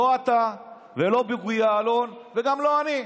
לא אתה ולא בוגי יעלון וגם לא אני.